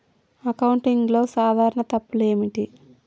అకౌంటింగ్లో సాధారణ తప్పులు ఏమిటి?